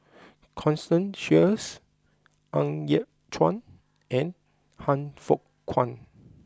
Constance Sheares Ng Yat Chuan and Han Fook Kwang